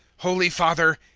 holy father,